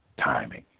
timing